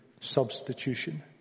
substitution